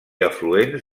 afluents